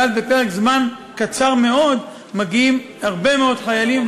ואז בפרק זמן קצר מאוד מגיעים הרבה מאוד חיילים,